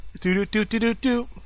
Do-do-do-do-do-do